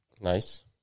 Nice